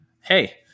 hey